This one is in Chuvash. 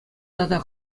тата